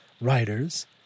writers